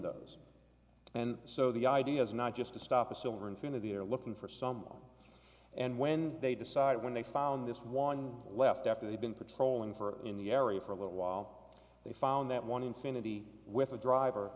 those and so the idea is not just to stop a silver infinity they're looking for someone and when they decided when they found this one left after they'd been patrolling for in the area for a little while they found that one infinity with a driver